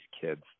kids